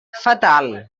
fatal